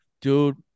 dude